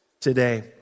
today